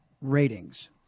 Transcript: ratings